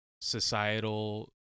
societal